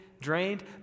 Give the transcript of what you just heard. drained